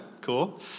cool